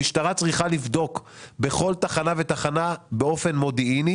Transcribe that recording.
המשטרה צריכה לבדוק בכל תחנה ותחנה באופן מודיעיני